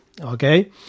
Okay